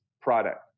product